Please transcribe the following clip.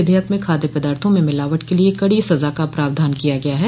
विधेयक में खाद्य पदार्थों में मिलावट के लिए कड़ी सजा का प्रावधान किया गया है